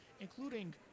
including